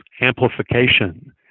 amplification